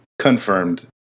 confirmed